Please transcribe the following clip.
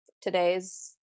today's